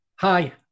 Hi